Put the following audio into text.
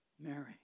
Mary